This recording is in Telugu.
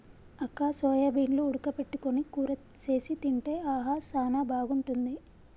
అక్క సోయాబీన్లు ఉడక పెట్టుకొని కూర సేసి తింటే ఆహా సానా బాగుంటుంది